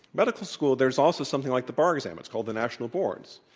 medical school, there's also something like the bar exam. it's called the national boards.